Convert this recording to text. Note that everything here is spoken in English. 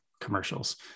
commercials